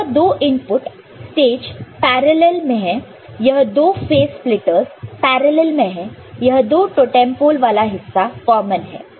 यह दो input stage parallel में है यह दो फेस स्प्लिटरस पैरॅलल् में है और तो टोटेम पोल वाला हिस्सा कॉमन है